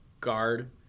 guard